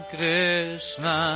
Krishna